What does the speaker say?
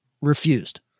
Refused